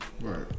Right